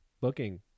booking